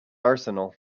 arsenal